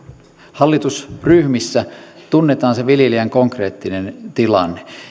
hallitusryhmissä tunnetaan se viljelijän konkreettinen tilanne